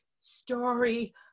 story